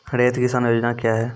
रैयत किसान योजना क्या हैं?